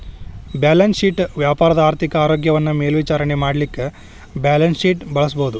balance sheet ವ್ಯಾಪಾರದ ಆರ್ಥಿಕ ಆರೋಗ್ಯವನ್ನ ಮೇಲ್ವಿಚಾರಣೆ ಮಾಡಲಿಕ್ಕೆ ಬ್ಯಾಲನ್ಸ್ಶೇಟ್ ಬಳಸಬಹುದು